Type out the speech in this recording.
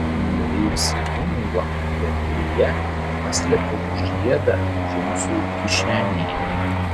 nurijusi gumulą gerklėje paslėpiau žiedą džinsų kišenėje